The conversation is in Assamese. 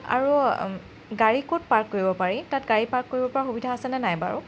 আৰু গাড়ী ক'ত পাৰ্ক কৰিব পাৰি তাত গাড়ী পাৰ্ক কৰিব পৰা সুবিধা আছেনে নাই বাৰু